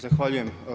Zahvaljujem.